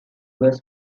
was